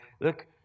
look